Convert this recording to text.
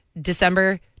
December